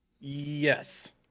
Yes